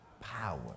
power